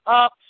up